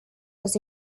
was